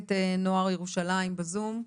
מחלקת נוער ירושלים בזום,